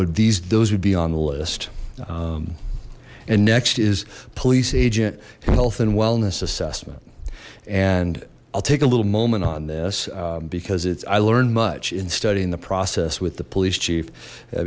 would these those would be on the list and next is police agent health and wellness assessment and i'll take a little moment on this because it's i learned much in studying the process with the police chief i